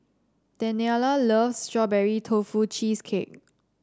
Daniella loves Strawberry Tofu Cheesecake